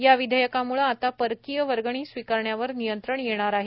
या विधेयकामूळे आता परकीय वर्गणी स्वीकारण्यावर नियंत्रण येणार आहे